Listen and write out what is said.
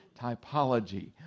Typology